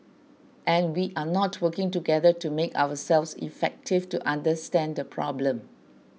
and we are not working together to make ourselves effective to understand the problem